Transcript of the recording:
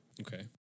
Okay